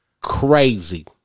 crazy